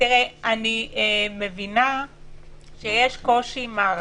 אני מבינה שיש קושי מערכתי,